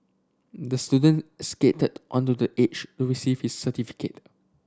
the student skated onto the age to receive his certificate